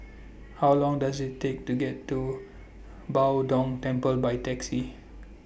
How Long Does IT Take to get to Bao Dong Temple By Taxi